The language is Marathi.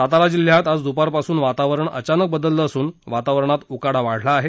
सातारा जिल्ह्यात आज दुपार पासून वातावरण अचानक बदललं असून वातावरणात उकाडा वाढला आहे